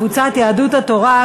קבוצת יהדות התורה,